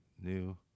new